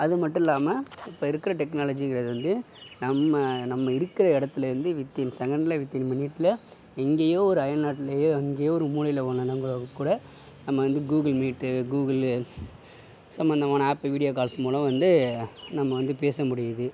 அது மட்டும் இல்லாமல் இப்போ இருக்கிற டெக்னாலஜிங்கிறது வந்து நம்ம நம்ம இருக்கிற இடத்துலருந்து வித்தின் செகண்ட்ல வித்தின் மினிட்ல எங்கேயோ ஒரு அயல்நாட்டிலயோ எங்கேயோ ஒரு மூலையில கூட நம்ம வந்து கூகுள் மீட் கூகுள் சம்மந்தமான ஆப் வீடியோ கால்ஸ் மூலம் வந்து நம்ம வந்து பேசமுடியுது